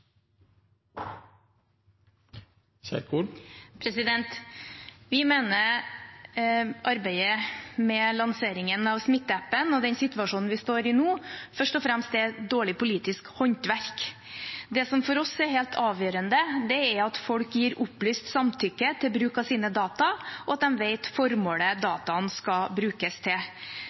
Vi mener arbeidet med lanseringen av Smittestopp-appen og den situasjonen vi står i nå, først og fremst er dårlig politisk håndverk. Det som for oss er helt avgjørende, er at folk gir opplyst samtykke til bruk av sine data, og at de vet hvilket formål dataene skal brukes til.